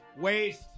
waste